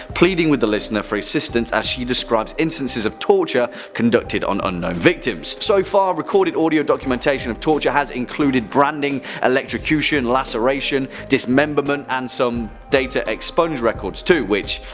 pleading with the listener for assistance as she describes instances of torture conducted on unknown victims. so far, recorded audio documentation of torture has including branding, electrocution, laceration dismemberment, and some data expunged records too. which,